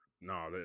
No